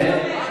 ואני אומרת: